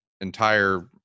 entire